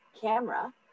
camera